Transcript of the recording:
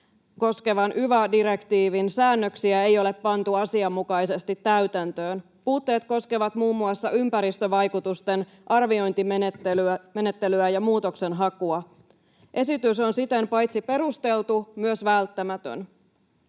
koskevan yva-direktiivin säännöksiä ei ole pantu asianmukaisesti täytäntöön. Puutteet koskevat muun muassa ympäristövaikutusten arviointimenettelyä ja muutoksenhakua. Esitys on siten paitsi perusteltu myös välttämätön.